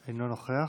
אינו נוכח,